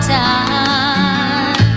time